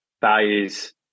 values